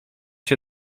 się